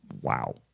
Wow